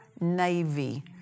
Navy